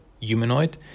humanoid